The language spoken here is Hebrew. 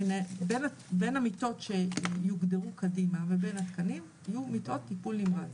בין המיטות שיוגדרו קדימה ובין התקנים יהיו מיטות טיפול נמרץ,